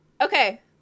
Okay